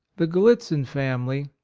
the gallitzin family,